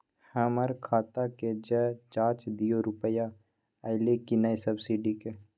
हमर खाता के ज जॉंच दियो रुपिया अइलै की नय सब्सिडी के?